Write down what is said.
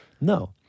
No